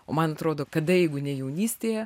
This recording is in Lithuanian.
o man atrodo kada jeigu ne jaunystėje